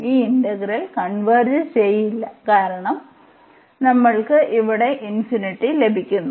ഈ integral converge ചെയ്യ്യില്ല കാരണം നമ്മൾക്ക് ഇവിടെ ലഭിക്കുന്നു